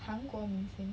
韩国明星